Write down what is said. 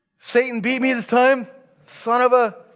saying, beat me this time son of a,